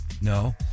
No